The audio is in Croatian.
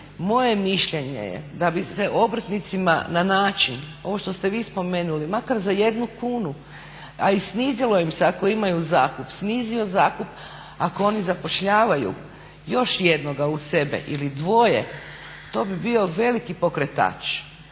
je mišljenje da bi se obrtnicima na način ovo što ste vi spomenuli makar za jednu kunu, a i snizilo im se ako imaju zakup, snizio zakup ako oni zapošljavaju još jednoga uz sebe ili dvoje to bi bio veliki pokretač,